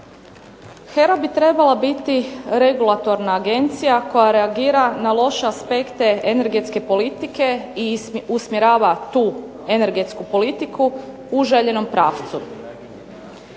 HERA bi trebala biti regulatorna agencija koja reagira na loše aspekte energetske politike i usmjerava tu energetsku politiku u željenom pravcu.